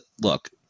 look